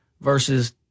versus